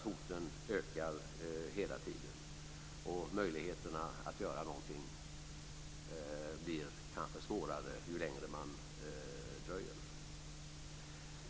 Hoten ökar hela tiden, och möjligheterna att göra någonting blir kanske sämre ju längre man dröjer.